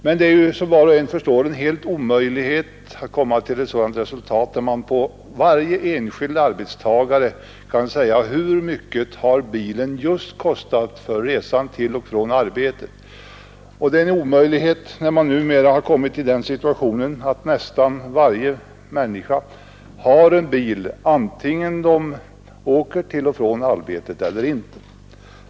Men det är som var och en förstår helt omöjligt att komma till ett sådant resultat, att man för varje enskild arbetstagare kan säga hur mycket bilen har kostat just för resor till och från arbetet. Särskilt i den situationen att numera nästan varje människa har en bil, vare sig de åker till och från arbetet med den eller inte.